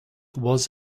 was